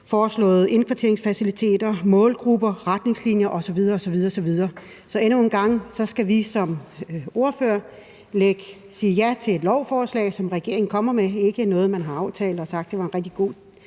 foreslåede indkvarteringsfaciliteter, målgrupper, retningslinjer osv. osv. Så endnu en gang skal vi som ordførere sige ja til et lovforslag, som regeringen kommer med. Det er ikke noget, man har aftalt, og hvor man har sagt til os